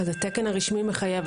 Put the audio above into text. זה תקן רשמי מחייב.